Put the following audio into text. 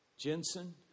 Jensen